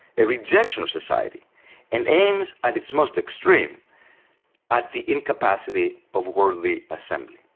a rejection of society and aims at its most extreme at the incapacity of worldly assembly.